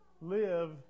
live